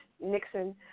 Nixon